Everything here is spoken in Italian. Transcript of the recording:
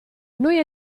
noi